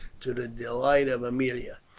to the delight of aemilia.